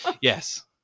Yes